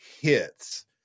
hits